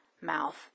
mouth